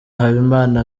habimana